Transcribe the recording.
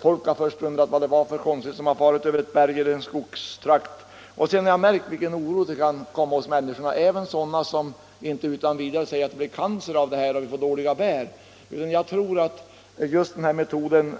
Folk har först undrat vad det varit för konstigt föremål som farit över ett berg eller över en skogstrakt, och sedan har jag märkt vilken oro som kan uppstå hos människorna, även hos sådana som inte utan vidare säger att det här ger upphov till cancer, vi får dåliga bär Nr 95 Osv: Torsdagen den Jag tror att den här metoden